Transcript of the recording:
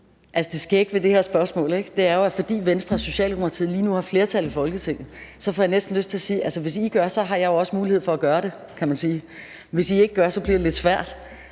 Det skægge ved det her spørgsmål er, at fordi Venstre og Socialdemokratiet lige nu har flertal i Folketinget, får jeg næsten lyst til at sige, at hvis I gør det, har jeg også mulighed for at gøre det, kan man sige. Hvis I ikke gør det, bliver det lidt svært.